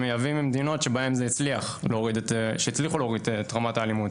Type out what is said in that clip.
מייבאים ממדינות שבהן הצליחו להוריד את רמת האלימות,